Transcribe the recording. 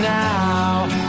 now